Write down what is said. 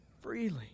freely